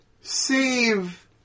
save